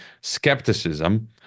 skepticism